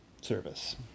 service